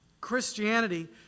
Christianity